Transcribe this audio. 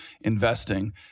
investing